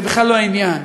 זה בכלל לא העניין.